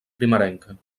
primerenca